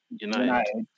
United